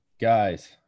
guys